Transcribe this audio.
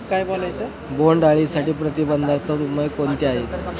बोंडअळीसाठी प्रतिबंधात्मक उपाय कोणते आहेत?